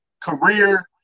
career